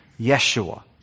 Yeshua